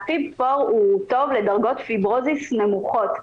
ה- FIB-4הוא טוב לדרגות פיברוזיס נמוכות,